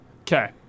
Okay